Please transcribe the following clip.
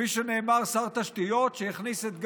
כפי שנאמר, שר התשתיות שהכניס את הגז,